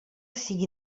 sigui